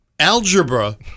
algebra